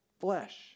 flesh